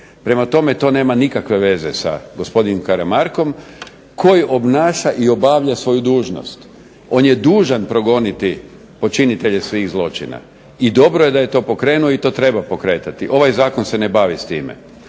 Prema tome to nema nikakve veze sa gospodinom Karamarkom, koji obnaša i obavlja svoju dužnost. On je dužan progoniti počinitelje svih zločina, i dobro je da je to pokrenuo i to treba pokretati. Ovaj zakon se ne bavi s time.